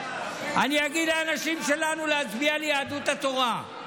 אני אגיד לאנשים שלנו להצביע ליהדות התורה,